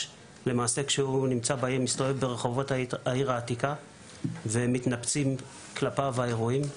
כשהוא נמצא בעיר העתיקה ומתנפצים כלפיו האירועים.